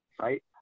right